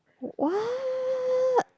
what